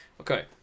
Okay